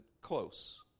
close